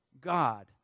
God